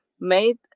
made